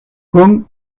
con